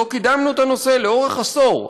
לא קידמנו את הנושא לאורך עשור,